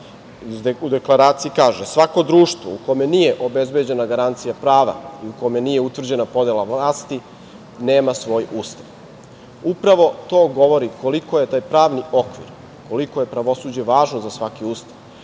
U Deklaraciji se kaže: „Svako društvo u kome nije obezbeđena garancija prava, u kome nije utvrđena podela vlasti nema svoj ustav“. Upravo to govori koliko je taj pravni okvir, koliko je pravosuđe važno za svaki ustav.